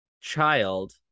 child